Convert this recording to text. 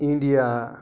India